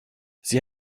sie